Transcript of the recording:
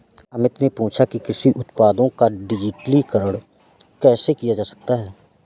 अमित ने पूछा कि कृषि उत्पादों का डिजिटलीकरण कैसे किया जा सकता है?